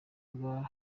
rwa